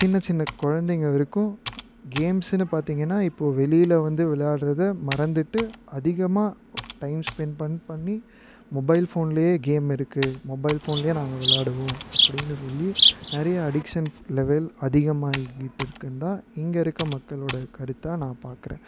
சின்ன சின்ன கொழந்தைங்க வரைக்கும் கேம்ஸுன்னு பார்த்திங்கனா இப்போது வெளியில் வந்து விளையாடுறதை மறந்துட்டு அதிகமாக டைம் ஸ்பென்ட் பண்ணி பண்ணி மொபைல் ஃபோன்லேயே கேம் இருக்குது மொபைல் ஃபோன்லேயே நாங்கள் விளாடுவோம் அப்படின்னு சொல்லி நிறைய அடிக்ஷன்ஸ் லெவல் அதிகமாக ஆகிட்டு இருக்குன்னு தான் இங்கே இருக்க மக்களோட கருத்தாக நான் பாக்கிறேன்